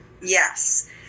Yes